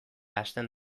hasten